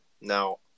Now